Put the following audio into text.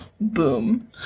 Boom